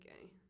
Okay